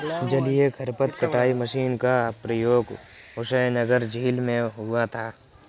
जलीय खरपतवार कटाई मशीन का प्रयोग हुसैनसागर झील में हुआ था